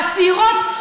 והצעירות,